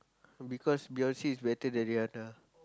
because Beyonce is better than Rihanna